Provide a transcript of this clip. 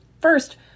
First